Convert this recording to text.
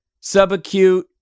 subacute